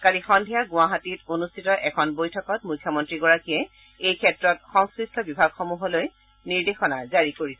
কালি সদ্ধিয়া গুৱাহাটীত অনুষ্ঠিত এখন বৈঠকত মুখ্যমন্ত্ৰীগৰাকীয়ে এইক্ষেত্ৰত সংশ্লিষ্ট বিভাগসমূহলৈ নিৰ্দেশনা জাৰি কৰিছে